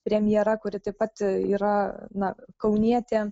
premjera kuri taip pat yra na kaunietė